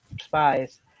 spies